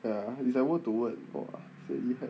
ya it's like word to word !wah! sian 厉害